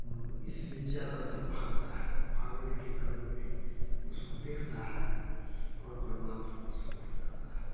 इसमें ज़्यादातर भागता है भागाने के क्रम में उसको देखता है और बर्बाद होना शुरु हो जाता है